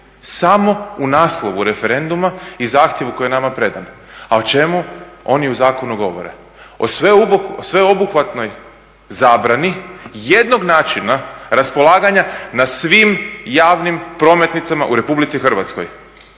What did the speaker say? samo u naslovu referenduma i zahtjevu koji je nama predan. A o čemu oni u zakonu govore? O sveobuhvatnoj zabrani jednog načina raspolaganja na svim javnim prometnicama u RH. A znate